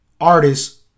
artists